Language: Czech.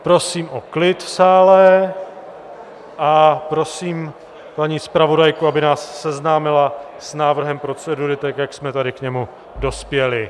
Prosím o klid v sále a prosím paní zpravodajku, aby nás seznámila s návrhem procedury, tak jak jsme tady k němu dospěli.